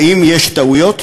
האם יש טעויות?